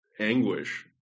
anguish